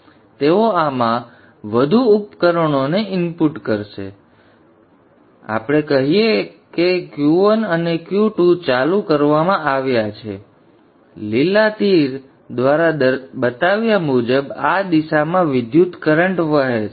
તેથી તેઓ આમાં વધુ ઉપકરણોને ઇનપુટ કરશે તેથી ચાલો આપણે કહીએ કે Q1 અને Q2 ચાલુ કરવામાં આવ્યા છે લીલા તીર દ્વારા બતાવ્યા મુજબ આ દિશામાં વિદ્યુતકરન્ટ વહે છે